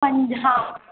पंज हा